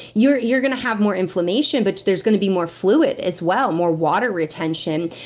you're you're gonna have more inflammation, but there's gonna be more fluid as well, more water retention.